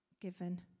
given